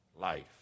life